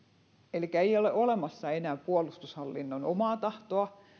elikkä ei ole olemassa enää puolustushallinnon omaa tahtoa